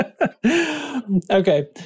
Okay